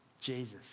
Jesus